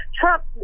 trump